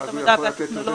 ואז הוא יכול לתת,